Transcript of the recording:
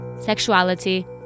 sexuality